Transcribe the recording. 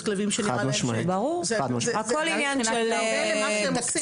כלבים שנראה להם --- הכל עניין של תקציב,